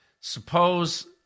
Suppose